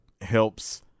helps